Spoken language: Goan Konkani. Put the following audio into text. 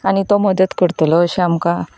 आनी तो मदत करतलो अशें आमकां